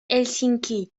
helsinki